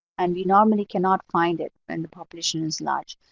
and we normally cannot find it when the population is large.